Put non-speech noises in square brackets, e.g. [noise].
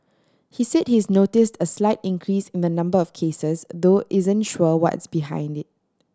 he said he's noticed a slight increase in the number of cases though isn't sure what's [unintelligible] behind it